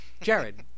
Jared